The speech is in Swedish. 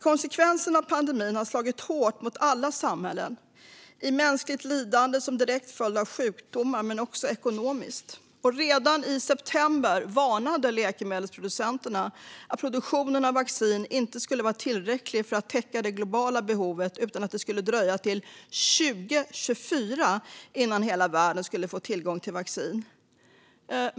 Konsekvenserna av pandemin har slagit hårt mot alla samhällen i form av mänskligt lidande som direkt följd av sjukdomar och även ekonomiskt. Redan i september varnade läkemedelsproducenterna för att produktionen av vaccin inte skulle vara tillräcklig för att täcka det globala behovet. Det skulle dröja till 2024 innan hela världen skulle få tillgång till vaccin.